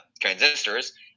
transistors